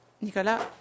Nicolas